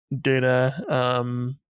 data